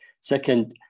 Second